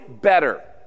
better